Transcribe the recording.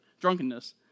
drunkenness